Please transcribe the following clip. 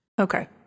Okay